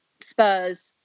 Spurs